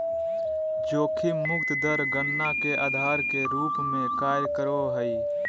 जोखिम मुक्त दर गणना के आधार के रूप में कार्य करो हइ